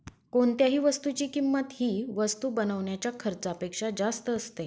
कोणत्याही वस्तूची किंमत ही वस्तू बनवण्याच्या खर्चापेक्षा जास्त असते